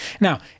Now